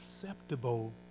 acceptable